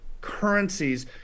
currencies